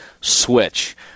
switch